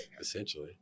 essentially